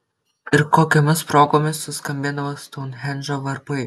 ir kokiomis progomis suskambėdavo stounhendžo varpai